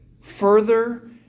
Further